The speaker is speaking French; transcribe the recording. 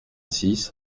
six